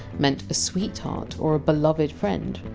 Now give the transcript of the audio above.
meant a sweetheart or a beloved friend,